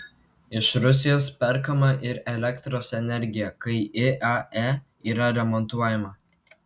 iš rusijos perkama ir elektros energija kai iae yra remontuojama